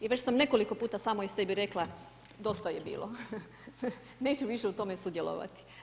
I već sam nekoliko puta samoj sebi rekla dosta je bilo, neću više u tome sudjelovati.